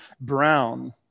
brown